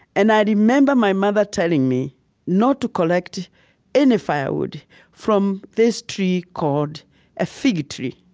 and i remember my mother telling me not to collect any firewood from this tree called a fig tree,